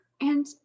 And-